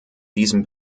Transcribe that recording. diesem